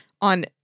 on